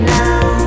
now